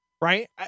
right